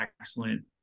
excellent